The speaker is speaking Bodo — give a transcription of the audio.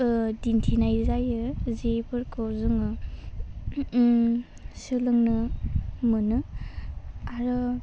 दिन्थिनाय जायो जिफोरखौ जोङो सोलोंनो मोनो आरो